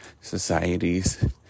societies